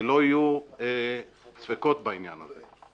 שלא יהיו ספיקות בעניין הזה.